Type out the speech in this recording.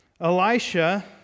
Elisha